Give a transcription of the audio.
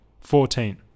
Fourteen